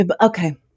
okay